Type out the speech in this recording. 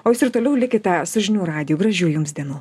o jūs ir toliau likite su žinių radiju gražių jums dienų